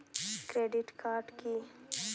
Credit card কি?